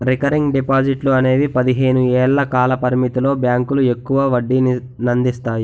recurring డిపాజిట్లు అనేవి పదిహేను ఏళ్ల కాల పరిమితితో బ్యాంకులు ఎక్కువ వడ్డీనందిస్తాయి